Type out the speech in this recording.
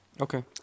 Okay